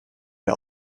per